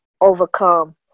overcome